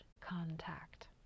contact